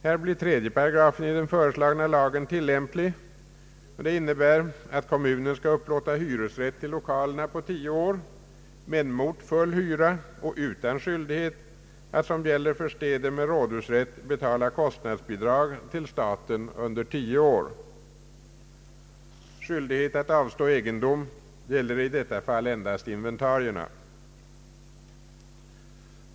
Här blir 3 § i den föreslagna lagen tillämplig, d.v.s. kommunen skall upplåta hyresrätt till lokalerna på tio år men mot full hyra och utan skyldighet att som gäller för städer med rådhusrätt betala kostnadsbidrag till staten under tio år. Skyldighet att avstå egendom gäller i detta fall endast inventarierna.